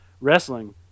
wrestling